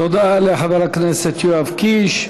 תודה לחבר הכנסת יואב קיש,